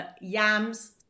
yams